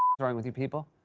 is wrong with you people?